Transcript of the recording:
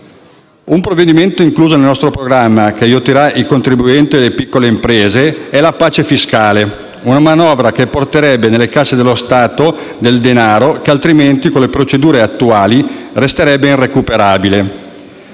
Un provvedimento incluso nel nostro programma, che aiuterà i contribuenti e le piccole imprese, è la pace fiscale, una manovra che porterebbe nelle casse dello Stato del denaro che altrimenti con le procedure attuali resterebbe irrecuperabile.